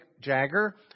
Jagger